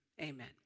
Amen